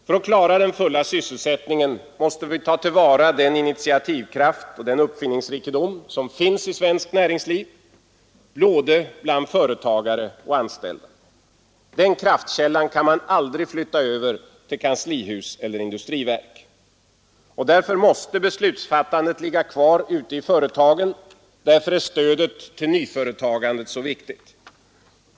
För att klara den fulla sysselsättningen måste vi ta till vara den initiativkraft och den uppfinningsrikedom som finns i svenskt näringsliv både bland företagare och anställda. Den kraftkällan kan man aldrig flytta över till kanslihus eller industriverk. Därför måste beslutsfattandet ligga kvar ute i företagen. Därför är stödet till nyföretagandet så viktigt.